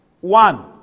One